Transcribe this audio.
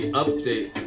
update